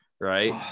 right